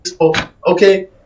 okay